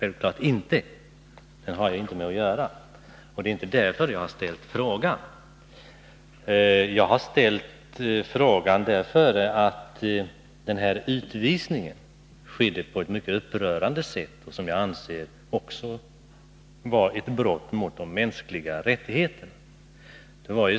Den har jag inte med att göra, och det är alltså inte därför jag har ställt frågan. Jag har gjort det därför att utvisningen skedde på ett mycket upprörande sätt — jag anser det vara ett brott också mot de mänskliga rättigheterna.